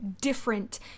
different